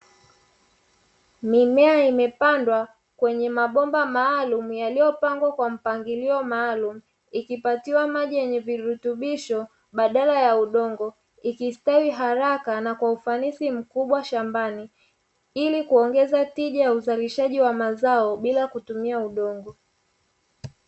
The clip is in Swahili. Mimea imepandwa kwenye mabomba maalumu yaliyopangwa kwa mpangilio maalum, ikipatiwa maji yenye virutubisho badala ya udongo, ikistawi haraka na kwa ufanisi mkubwa shambani ili kuongeza tija ya uzalishaji wa mazao bila kutumia udongo.